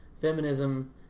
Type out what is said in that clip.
Feminism